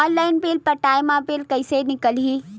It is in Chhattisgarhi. ऑनलाइन बिल पटाय मा बिल कइसे निकलही?